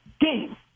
game